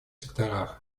секторах